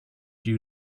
you